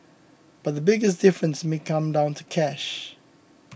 but the biggest difference may come down to cash